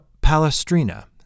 Palestrina